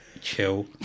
chill